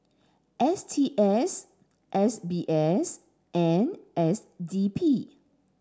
S T S S B S and S D P